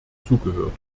zugehört